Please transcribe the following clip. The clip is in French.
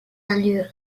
lieu